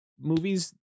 movies